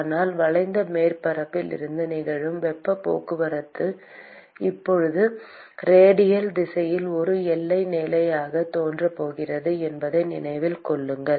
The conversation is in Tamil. ஆனால் வளைந்த மேற்பரப்பில் இருந்து நிகழும் வெப்பப் போக்குவரத்து இப்போது ரேடியல் திசையில் ஒரு எல்லை நிலையாகத் தோன்றப் போகிறது என்பதை நினைவில் கொள்ளுங்கள்